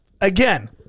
again